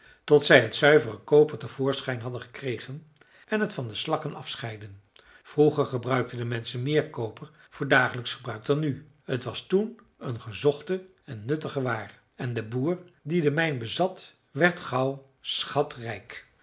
tot zij het zuivere koper te voorschijn hadden gekregen en het van de slakken afgescheiden vroeger gebruikten de menschen meer koper voor dagelijksch gebruik dan nu t was toen een gezochte en nuttige waar en de boer die de mijn bezat werd gauw schatrijk